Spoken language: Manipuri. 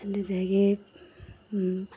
ꯑꯗꯨꯗꯒꯤ